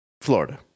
Florida